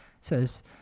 says